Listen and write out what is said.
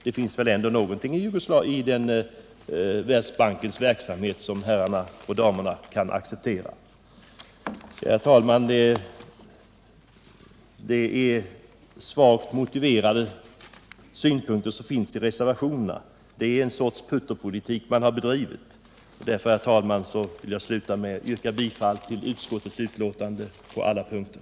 Det finns väl ändå någonting i Världsbankens verksamhet som herrarna och damerna kan acceptera. Herr talman! De synpunkter som framförs i reservationerna är svagt motiverade. Man har, som jag sade inledningsvis, bedrivit ett slags putterpolitik. Därför, herr talman, vill jag sluta med att yrka bifall till utskottets hemställan på alla punkter.